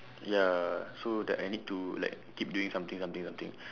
ya so that I need to like keep doing something something something